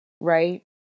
right